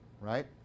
right